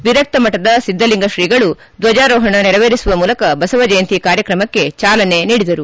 ವಿರಕ್ತಮಠದ ಒದ್ದಲಿಂಗ್ರೀಗಳು ಧ್ವಜಾರೋಹಣ ನೆರವೇರಿಸುವ ಮೂಲಕ ಬಸವ ಜಯಂತಿ ಕಾರ್ಯಕ್ರಮಕ್ಕೆ ಚಾಲನೆ ನೀಡಿದರು